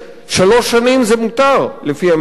שלוש שנים זה מותר לפי הממשלה.